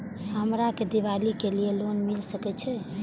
हमरा के दीपावली के लीऐ लोन मिल सके छे?